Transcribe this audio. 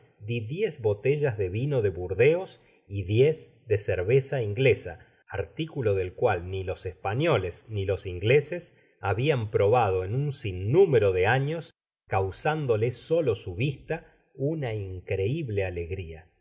di diez botellas devino de burdeos y diez de cerveza inglesa articulo del cual ni lo españoles ni los ingleses habian probado en uu sinnúmero de años causándoles solo su vista ana increible alegria